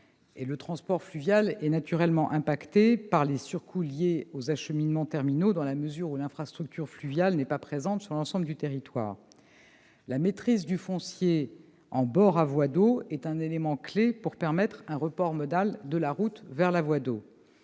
Le transport fluvial est naturellement affecté par les surcoûts liés aux acheminements terminaux, dans la mesure où l'infrastructure fluviale n'est pas présente sur l'ensemble du territoire. La maîtrise du foncier en bord à voie d'eau est un élément clef pour permettre un report modal de la route vers la voie d'eau.